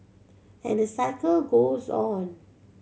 and the cycle goes on